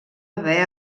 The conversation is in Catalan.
haver